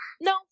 no